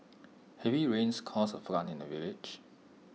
heavy rains caused A flood in the village